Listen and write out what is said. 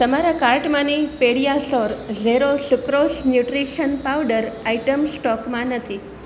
તમારા કાર્ટમાંની Pediasure zero sucrose nutrition powder item સ્ટોકમાં નથી